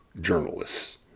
journalists